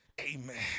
Amen